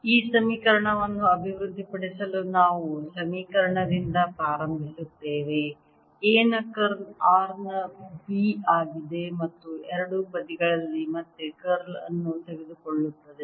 ಈ ಸಮೀಕರಣವನ್ನು ಅಭಿವೃದ್ಧಿಪಡಿಸಲು ನಾವು ಸಮೀಕರಣದಿಂದ ಪ್ರಾರಂಭಿಸುತ್ತೇವೆ A ನ ಕರ್ಲ್ r ನ B ಆಗಿದೆ ಮತ್ತು ಎರಡೂ ಬದಿಗಳಲ್ಲಿ ಮತ್ತೆ ಕರ್ಲ್ ಅನ್ನು ತೆಗೆದುಕೊಳ್ಳುತ್ತದೆ